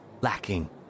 lacking